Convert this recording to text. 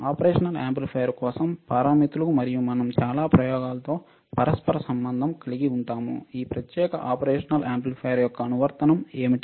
operation amplifier కోసం పారామితులు మరియు మనం చాలా ప్రయోగాలతో పరస్పర సంబంధం కలిగి ఉంటాము ఈ ప్రత్యేక ఆపరేషన్ యాంప్లిఫైయర్ యొక్క అనువర్తనం ఏమిటి